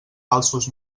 falsos